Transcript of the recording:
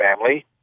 family